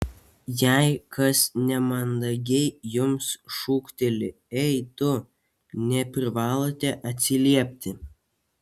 jei kas nemandagiai jums šūkteli ei tu neprivalote atsiliepti